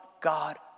God